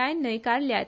आयन न्हयकारल्यात